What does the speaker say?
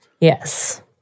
Yes